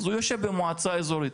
אז הוא יושב במועצה אזורית